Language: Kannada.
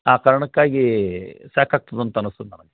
ಆ ಕಾರಣಕ್ಕಾಗಿ ಸಾಕಾಗ್ತದೆ ಅಂತ ಅನಿಸ್ತದ್ ನನಗೆ